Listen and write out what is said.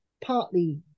partly